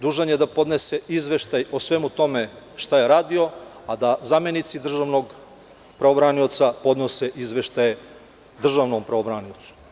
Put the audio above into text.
Dužan je podnese izveštaj o svemu tome šta je radio, a da zamenici državnog pravobranioca podnose izveštaj državnom pravobraniocu.